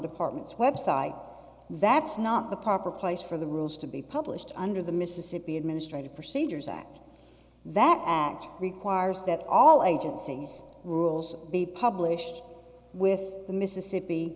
department's website that's not the proper place for the rules to be published under the mississippi administrative procedures act that act requires that all agencies rules be published with the mississippi